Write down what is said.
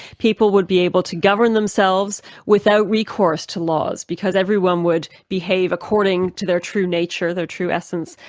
people would be able to govern themselves without recourse to laws because everyone would behave according to their true nature, their true essence,